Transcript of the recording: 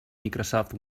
microsoft